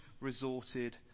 resorted